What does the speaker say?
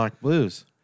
blues